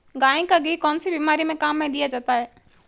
गाय का घी कौनसी बीमारी में काम में लिया जाता है?